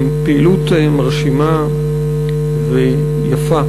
פעילות מרשימה ויפה.